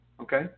Okay